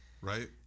Right